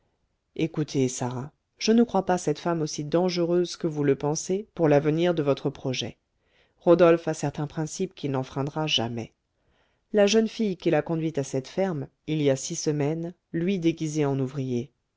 écoutez sarah je ne crois pas cette femme aussi dangereuse que vous le pensez pour l'avenir de votre projet rodolphe a certains principes qu'il n'enfreindra jamais la jeune fille qu'il a conduite à cette ferme il y a six semaines lui déguisé en ouvrier